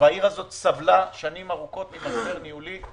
והעיר הזאת סבלה שנים ארוכות ממשבר ניהולי.